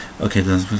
okay